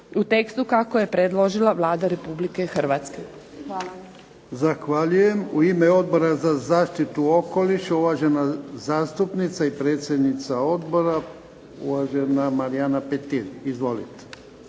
u tekstu kako je predložila Vlada Republike Hrvatske. Hvala. **Jarnjak, Ivan (HDZ)** Zahvaljujem. I ime Odbora za zaštitu okoliša, uvažena zastupnica i predsjednica odbora Marijana Petir. Izvolite.